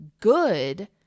good